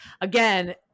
again